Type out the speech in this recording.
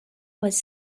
was